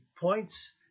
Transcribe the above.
points